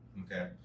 Okay